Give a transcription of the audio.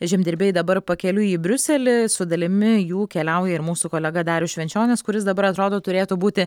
žemdirbiai dabar pakeliui į briuselį su dalimi jų keliauja ir mūsų kolega darius švenčionis kuris dabar atrodo turėtų būti